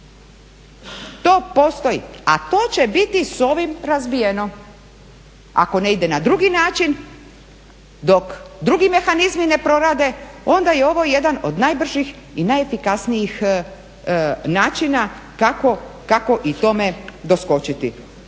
To postoji. A to će biti s ovim razbijeno. Ako ne ide na drugi način dok drugi mehanizmi ne prorade onda je ovo jedan od najbržih i najefikasnijih načina kako i tome doskočiti.